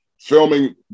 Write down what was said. filming